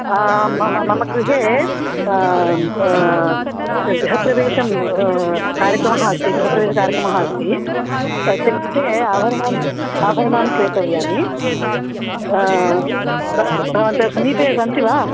आं म म मम गृहे गृहप्रवेशं कार्यक्रमः अस्ति गृहप्रवेशकार्यक्रमः अस्ति तस्य कृते आभरणानि आभरणानि क्रेतव्यानि ब भवन्तः समीपे सन्ति वा